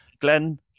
Glenn